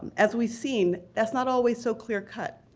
as we've seen, that's not always so clear cut.